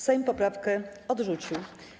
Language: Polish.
Sejm poprawkę odrzucił.